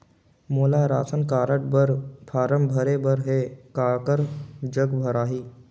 मोला ration card बर form भरे बर हे काकर जग भराही?